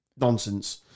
nonsense